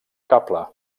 cable